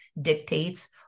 dictates